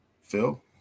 Phil